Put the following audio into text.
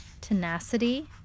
tenacity